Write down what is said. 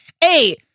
Hey